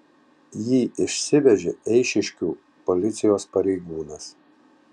jį išsivežė eišiškių policijos pareigūnas